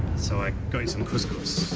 so i got you some couscous.